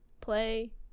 play